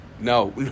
No